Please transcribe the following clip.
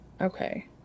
Okay